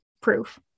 proof